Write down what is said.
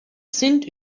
sind